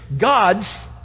gods